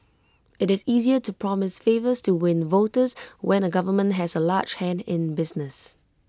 IT is easier to promise favours to win voters when A government has A large hand in business